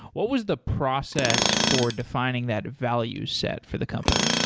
what was the process for defining that value set for the company?